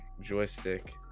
joystick